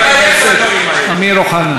שלוש דקות לרשותך, חבר הכנסת אמיר אוחנה.